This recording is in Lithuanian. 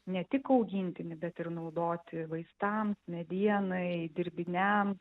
ne tik augintinį bet ir naudoti vaistams medienai dirbiniams